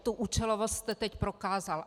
Tu účelovost jste teď prokázal.